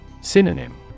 Synonym